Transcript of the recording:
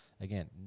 again